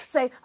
Say